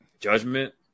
Judgment